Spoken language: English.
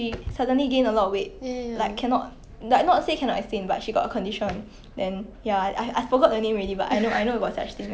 okay body shame them is one thing but putting like like but like how to say flaming their character because of their figure is another thing